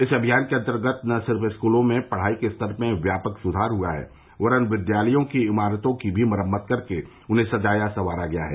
इस अभियान के अन्तर्गत न सिर्फ स्कूलों में पढ़ाई के स्तर में व्यापक सुधार हुआ है वरन् विद्यालयों की इमारतों की भी मरम्मत करके उन्हें सजाया संवारा गया है